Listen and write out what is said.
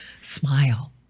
Smile